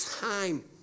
time